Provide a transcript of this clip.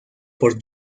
por